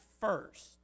first